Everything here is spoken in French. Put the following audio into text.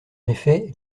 effet